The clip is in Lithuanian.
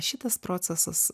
šitas procesas